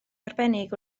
arbennig